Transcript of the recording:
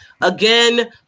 Again